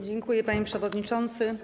Dziękuję, panie przewodniczący.